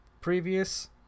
previous